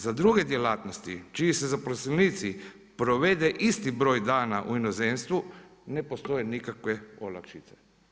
Za druge djelatnosti čiji se zaposlenici provede isti broj dana u inozemstvu ne postoje nikakve olakšice.